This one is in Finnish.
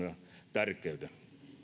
tärkeyden